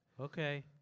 Okay